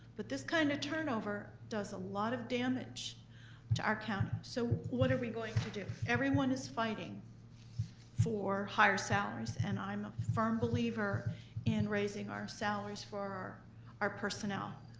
but this kind of turnover does a lot of damage to our county, so are we going to do? everyone is fighting for higher salaries, and i'm a firm believer in raising our salaries for our personnel.